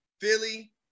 Philly